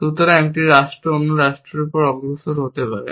সুতরাং একটি রাষ্ট্র অন্য রাষ্ট্রের উপরে অগ্রসর হতে পারে